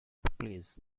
please